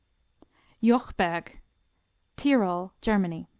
jochberg tyrol, germany